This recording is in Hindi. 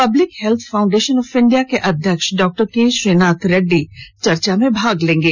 public health foundation of India के अध्यक्ष डॉक्टर के श्रीनाथ रेड्डी चर्चा में भाग लेंगे